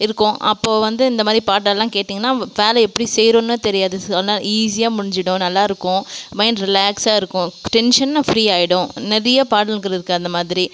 இருக்கும் அப்போது வந்து இந்த மாதிரி பாட்டெல்லாம் கேட்டிங்கன்னால் வேலை எப்படி செய்கிறோன்னே தெரியாது சொன்னால் ஈஸியாக முடிஞ்சுடும் நல்லாயிருக்கும் மைண்ட் ரிலாக்ஸாக இருக்கும் டென்ஷன்னு ஃப்ரீ ஆகிடும் நிறையா பாடல்கள் இருக்குது அந்த மாதிரி